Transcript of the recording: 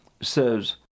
says